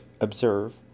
observe